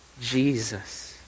Jesus